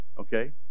okay